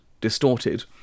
distorted